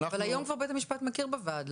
אבל היום בית המשפט כבר מכיר בוועד.